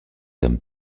hommes